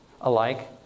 alike